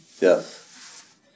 Yes